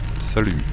Salut